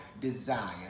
desire